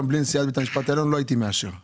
בלי נשיאת בית המשפט העליון לא הייתי מאשר,